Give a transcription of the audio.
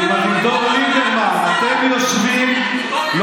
כובשים לא